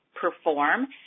perform